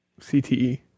CTE